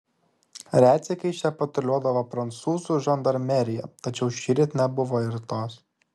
retsykiais čia patruliuodavo prancūzų žandarmerija tačiau šįryt nebuvo ir tos